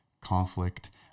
conflict